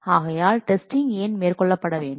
ஆகையால் டெஸ்டிங் ஏன் மேற்கொள்ளப்பட வேண்டும்